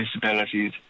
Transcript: disabilities